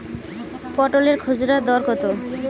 পটলের খুচরা দর কত?